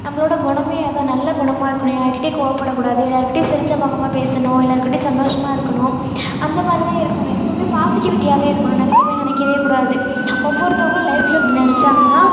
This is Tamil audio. நம்மளோடய குணமே அதான் நல்ல குணமாக இருக்கணும் யாருக்கிட்டேயும் கோபப்படக்கூடாது எல்லோருக்கிட்டையும் சிரித்த முகமாக பேசணும் எல்லோருக்கிட்டையும் சந்தோஷமாக இருக்கணும் அந்த மாதிரி தான் இருக்கணும் எப்போதுமே பாசிட்டிவிட்டியாகவே இருக்கணும் நெகட்டிவாக நினைக்கவேக்கூடாது ஒவ்வொருத்தங்களும் லைஃபில் இப்படி நெனைச்சாங்கனா